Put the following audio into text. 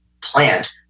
plant